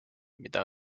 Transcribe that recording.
mida